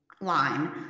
line